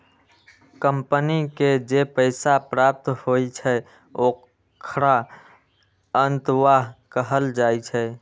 company के जे पैसा प्राप्त होइ छै, ओखरा अंतर्वाह कहल जाइ छै